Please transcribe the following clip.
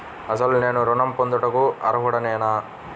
అసలు నేను ఋణం పొందుటకు అర్హుడనేన?